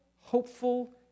hopeful